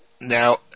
Now